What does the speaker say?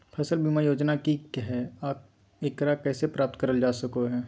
फसल बीमा योजना की हय आ एकरा कैसे प्राप्त करल जा सकों हय?